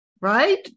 Right